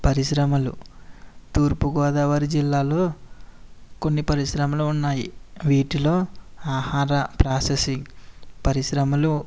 పరిశ్రమలు తూర్పుగోదావరి జిల్లాలో కొన్ని పరిశ్రమలు ఉన్నాయి వీటిలో ఆహార ప్రాసెసింగ్ పరిశ్రమలు